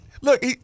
look